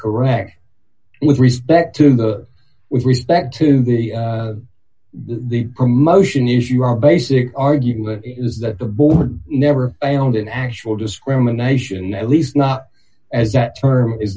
correct with respect to the with respect to the promotion issue our basic argument is that the board would never hold an actual discrimination at least not as that term is